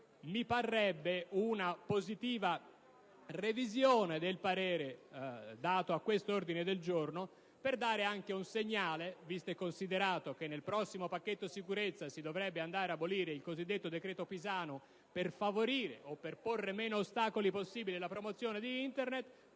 rivedere in senso positivo il parere espresso su questo ordine del giorno e dare anche un segnale (visto e considerato che nel prossimo pacchetto sicurezza si dovrebbe andare ad abolire il cosiddetto decreto Pisanu) per favorire o per porre meno ostacoli possibili alla promozione di Internet,